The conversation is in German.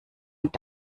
und